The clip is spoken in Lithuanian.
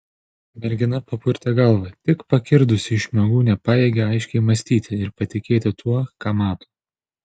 mergina papurtė galvą tik pakirdusi iš miegų nepajėgė aiškiai mąstyti ir patikėti tuo ką mato